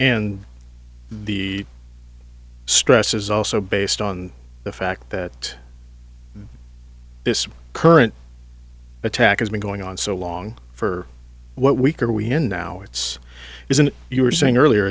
and the stress is also based on the fact that this current attack has been going on so long for what week are we endow it's is an you were saying earlier